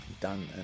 Done